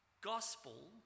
Gospel